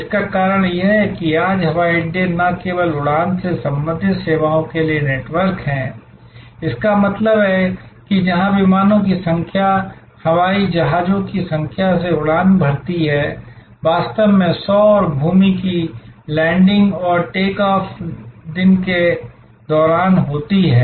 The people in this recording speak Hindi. इसका कारण यह है कि आज हवाई अड्डे न केवल उड़ान से संबंधित सेवाओं के नेटवर्क हैं इसका मतलब है कि जहां विमानों की संख्या हवाई जहाजों की संख्या से उड़ान भरती है वास्तव में 100 और भूमि की लैंडिंग और टेक ऑफ दिन के दौरान होती है